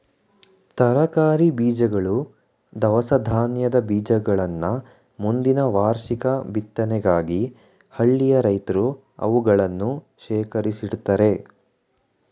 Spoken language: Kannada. ತರಕಾರಿ ಬೀಜಗಳು, ದವಸ ಧಾನ್ಯದ ಬೀಜಗಳನ್ನ ಮುಂದಿನ ವಾರ್ಷಿಕ ಬಿತ್ತನೆಗಾಗಿ ಹಳ್ಳಿಯ ರೈತ್ರು ಅವುಗಳನ್ನು ಶೇಖರಿಸಿಡ್ತರೆ